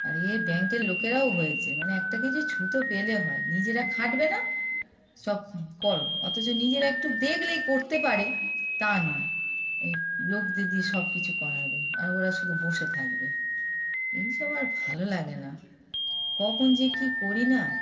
আর এই ব্যাংকের লোকেরাও হয়েছে মানে একটা কেজি ছুতো পেলে হয় নিজেরা খাটবে না সব করো অথচ নিজেরা একটু দেখলেই করতে পারে তা নয় ওই লোকদের দিয়ে সব কিছু করাবে আর ওরা শুধু বসে থাকবে এই সব আর ভালো লাগে না কখন যে কী করি না